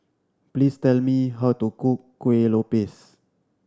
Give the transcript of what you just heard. please tell me how to cook Kuih Lopes